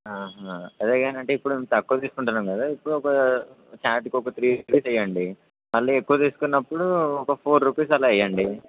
హ అదేకానీ అంటే ఇప్పుడు మ తక్కువ తీసుకుంటున్నాం కదా ఇప్పుడు ఒక చార్ట్కి ఒక త్రీ రూపీస్ ఇయ్యండి మళ్ళీ ఎక్కువ తీసుకున్నప్పుడు ఒక ఫోర్ రూపీస్ అలా ఇయ్యండి